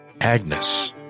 Agnes